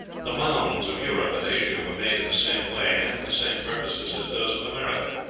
the mounds of europe and asia were made in the same way and for the same purposes as those of america.